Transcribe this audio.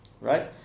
right